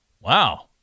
Wow